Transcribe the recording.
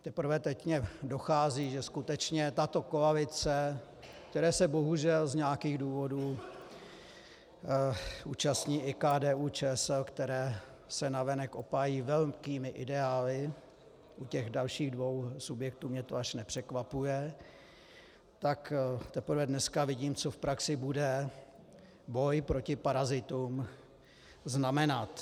Teprve teď mi dochází, že skutečně tato koalice, které se bohužel z nějakých důvodů účasní i KDUČSL, které se navenek opájí velkými ideály, u těch dalších dvou subjektů mě to až tak nepřekvapuje, tak teprve dneska vidím, co v praxi bude boj proti parazitům znamenat.